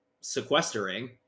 sequestering